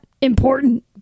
important